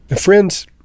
Friends